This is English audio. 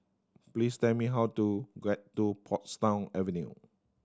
please tell me how to get to Portsdown Avenue